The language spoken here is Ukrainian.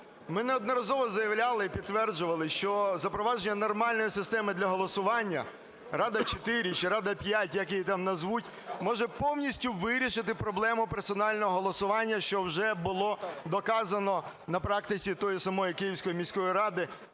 Ми неодноразово заявляли і підтверджували, що запровадження нормальної системи для голосування "Рада-4" чи "Рада-5", як її там назвуть, може повністю вирішити проблему персонального голосування, що вже було доказано на практиці тої самої Київської міської ради,